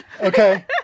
Okay